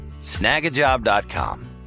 Snagajob.com